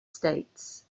states